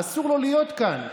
אסור לו להיות כאן,